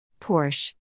Porsche